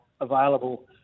available